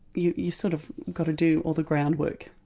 you've you've sort of got to do all the groundwork.